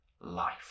life